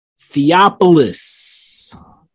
Theopolis